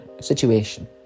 situation